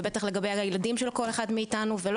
ובטח לגבי הילדים של כל אחד מאתנו ולא